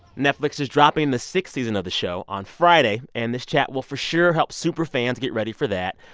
netflix is dropping the sixth season of the show on friday. and this chat will for sure help superfans get ready for that.